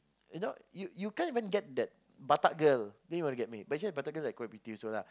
you know you you can't even get that batak girl then you want to get me but actually the batak girl quite pretty also lah